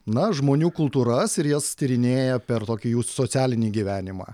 na žmonių kultūras ir jas tyrinėja per tokį jų socialinį gyvenimą